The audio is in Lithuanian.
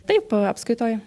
taip apskaitoj